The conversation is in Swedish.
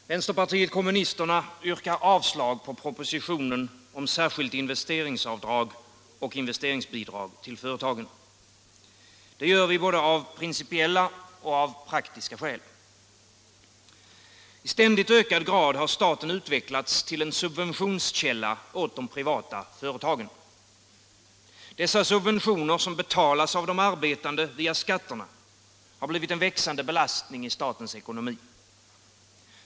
Herr talman! Vänsterpartiet kommunisterna yrkar avslag på propositionen om särskilt investeringsavdrag och investeringsbidrag till företagen. Det gör vi av både principiella och praktiska skäl. I ständigt ökad grad har staten utvecklats till en subventionskälla åt de privata företagen. Dessa subventioner, som betalas av de arbetande via skatterna, har blivit en växande belastning i statens ekonomi.